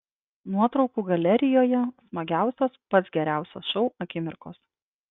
nuotraukų galerijoje smagiausios pats geriausias šou akimirkos